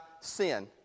sin